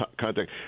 contact